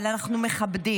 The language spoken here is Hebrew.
אבל אנחנו מכבדים,